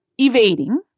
evading